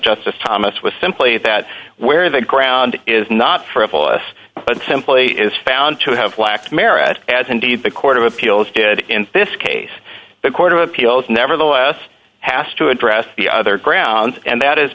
justice thomas was simply that where the ground is not frivolous and simply is found to have lacked merit as indeed the court of appeals did in this case the court of appeals nevertheless has to address the other grounds and that is